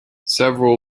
several